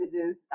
images